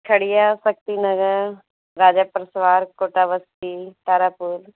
खड़िया Shakti Nagar Raja Parsawar Kota Basti Tara कोल